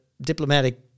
diplomatic